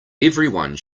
everyone